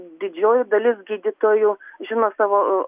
didžioji dalis gydytojų žino savo